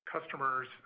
customers